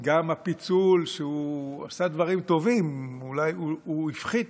גם הפיצול, שעשה דברים טובים, אולי הוא הפחית